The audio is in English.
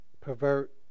pervert